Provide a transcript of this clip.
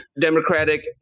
Democratic